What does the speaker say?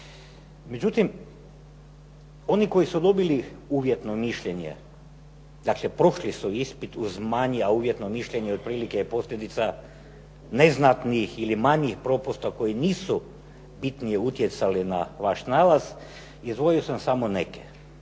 Međutim, oni koji su dobili uvjetno mišljenje, dakle prošli su ispit uz manje a uvjetno mišljenje otprilike je posljedica neznatnih ili manjih propusta koji nisu bitnije utjecali na vaš nalaz. Izdvojio sam samo neke